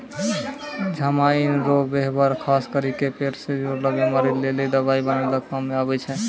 जमाइन रो वेवहार खास करी के पेट से जुड़लो बीमारी लेली दवाइ बनाबै काम मे आबै छै